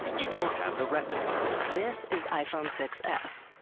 you don't have the retina display this is iphone six s.